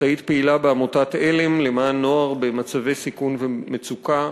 את היית פעילה בעמותת "עלם" למען נוער במצבי סיכון ומצוקה,